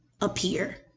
appear